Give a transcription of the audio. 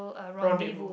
Rendezvous